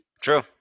True